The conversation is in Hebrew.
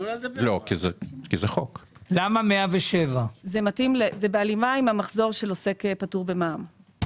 כי זה נמצא בהלימה עם המחזור של עוסק פטור במע"מ.